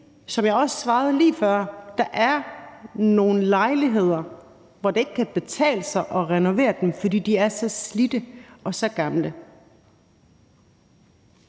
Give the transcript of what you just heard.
som jeg også svarede lige før, at der er nogle lejligheder, som det ikke betale sig at renovere, fordi de er slidte og gamle.